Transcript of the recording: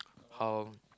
how